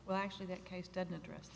well actually that case doesn't address